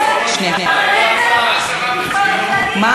איילת, חשבתי, מה השרה מציעה?